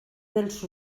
dels